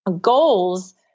goals